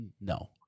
No